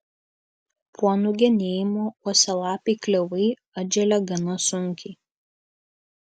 po nugenėjimo uosialapiai klevai atželia gana sunkiai